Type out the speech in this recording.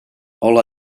all